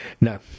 no